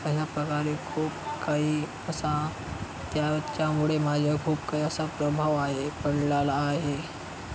अशा प्रकारे खूप काही असा त्याच्यामुळे माझा खूप काही असा प्रभाव आहे पडलेला आहे